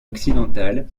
occidentale